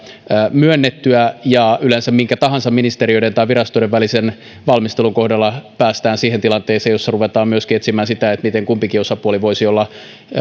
myönnettyä yleensä minkä tahansa ministeriöiden tai virastojen välisen valmistelun kohdalla päästään siihen tilanteeseen jossa ruvetaan myöskin etsimään sitä miten kumpikin osapuoli voisi olla